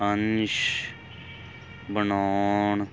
ਅੰਸ਼ ਬਣਾਉਣ